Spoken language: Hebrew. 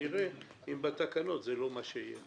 נראה אם בתקנות זה לא מה שיהיה.